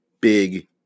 big